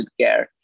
healthcare